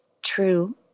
true